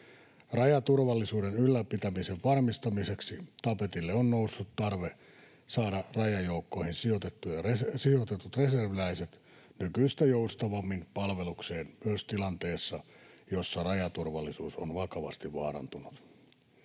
Rajaturvallisuuden ylläpitämisen varmistamiseksi tapetille on noussut tarve saada rajajoukkoihin sijoitetut reserviläiset nykyistä joustavammin palvelukseen myös tilanteessa, jossa rajaturvallisuus on vakavasti vaarantunut.